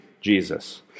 Jesus